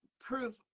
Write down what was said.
proof